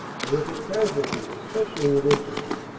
terrific casual ties, especially in infantry.